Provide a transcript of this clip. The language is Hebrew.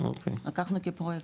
לקחנו את זה כפרויקט.